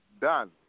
done